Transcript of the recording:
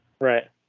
Right